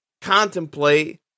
contemplate